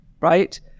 right